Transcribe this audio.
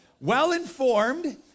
Well-informed